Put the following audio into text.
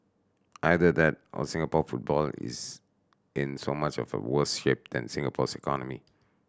either that or Singapore football is in so much of a worse shape than Singapore's economy